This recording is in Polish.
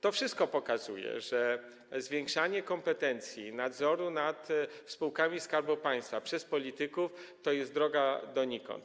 To wszystko pokazuje, że zwiększanie kompetencji w zakresie nadzoru nad spółkami Skarbu Państwa przez polityków jest drogą donikąd.